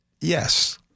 Yes